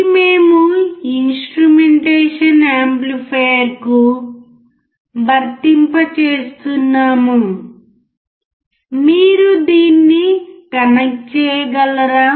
ఇది మేము ఇన్స్ట్రుమెంటేషన్ యాంప్లిఫైయర్కు v వర్తింపజేస్తున్నాము మీరు దీన్ని కనెక్ట్ చేయగలరా